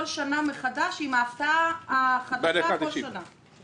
בכל שנה מחדש עם ההפתעה החדשה בכל שנה.